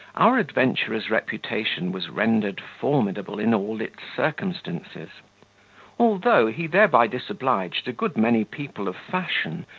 our adventurer's reputation was rendered formidable in all its circumstances although he thereby disobliged a good many people of fashion,